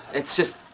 it's just,